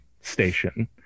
station